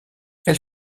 elle